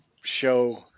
show